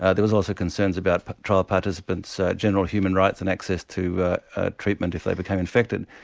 ah there was also concerns about trial participants ah general human rights and access to treatment if they became infected.